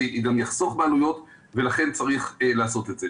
זה גם יחסוך בעלויות ולכן צריך לעשות את זה.